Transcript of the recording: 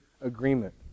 agreement